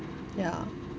ya